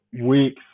weeks